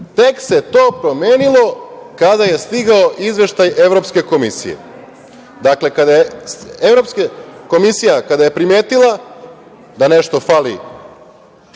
Tek se to promenilo kada je stigao izveštaj Evropske komisije. Dakle, kada je Evropska komisija primetila da nešto fali